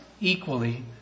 equally